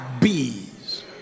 bees